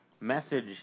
message